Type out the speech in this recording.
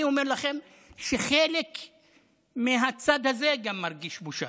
אני אומר לכם שחלק מהצד הזה גם מרגיש בושה,